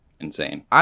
Insane